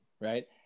right